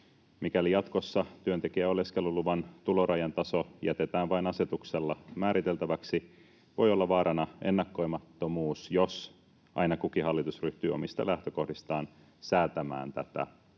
Mikäli jatkossa työntekijän oleskeluluvan tulorajan taso jätetään vain asetuksella määriteltäväksi, voi olla vaarana ennakoimattomuus, jos aina kukin hallitus ryhtyy omista lähtökohdistaan säätämään tätä asetusta